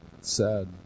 Sad